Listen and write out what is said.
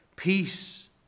Peace